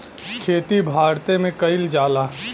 खेती भारते मे कइल जाला